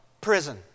Prison